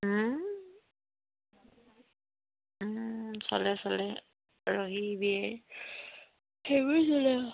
চলে চলে ৰহি বীয়েৰ সেইবোৰেই চলে